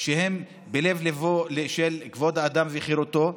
שהם בלב-ליבו של כבוד האדם וחירותו,